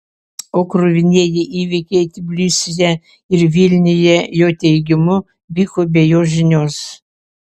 o kruvinieji įvykiai tbilisyje ir vilniuje jo teigimu vyko be jo žinios